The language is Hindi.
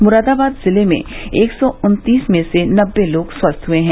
मुरादाबाद जिले में एक सौ उन्तीस में से नब्बे लोग स्वस्थ हए हैं